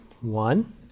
one